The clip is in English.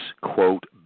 quote